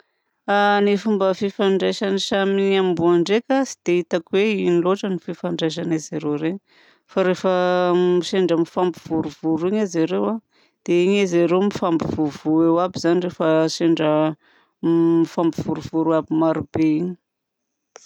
Ny fomba fifandraisan'ny samy amboa ndraika tsy dia hitako hoe ino loatra ny fifandraisan'i zareo reny fa rehefa sendra mifampivorivory iny zareo a dia iny zareo mifampivovoa eo aby zany rehefa sendra mifampivorivory aby marobe iny.